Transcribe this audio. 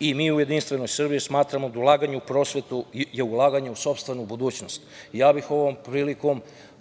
Mi u Jedinstvenoj Srbiji smatramo da ulaganje u prosvetu je ulaganje u sopstvenu budućnost. Ovom prilikom